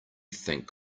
think